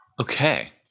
Okay